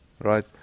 right